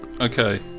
Okay